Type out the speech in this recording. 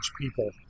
people